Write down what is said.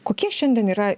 kokie šiandien yra